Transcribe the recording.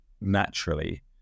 naturally